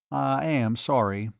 i am sorry,